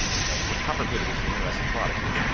ah you know. so powerpivot is an interesting product it's,